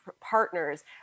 partners